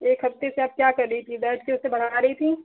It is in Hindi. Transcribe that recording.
एक हफ्ते से आप क्या कर रही थीं बैठ कर उसे बढ़ा रही थीं